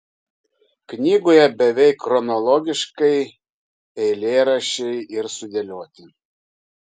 knygoje beveik chronologiškai eilėraščiai ir sudėlioti